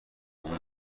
اونم